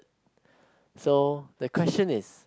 so the question is